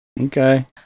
Okay